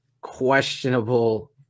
questionable